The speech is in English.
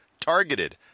Targeted